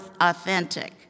authentic